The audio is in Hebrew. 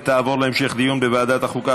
ותעבור להמשך דיון בוועדת החוקה,